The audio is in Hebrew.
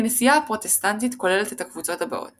הכנסייה הפרוטסטנטית כוללת את הקבוצות הבאות